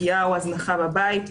פגיעה או הזנחה בבית.